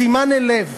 בשימן אל לב